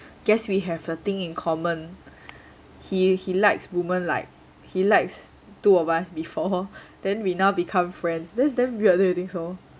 guess we have a thing in common he he likes women like he likes two of us before then we now become friends that's damn weird don't you think so